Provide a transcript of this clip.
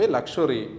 Luxury